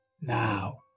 now